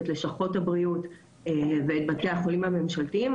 את לשכות הבריאות ואת בתי החולים הממשלתיים,